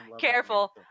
Careful